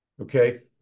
Okay